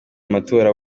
amatora